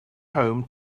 home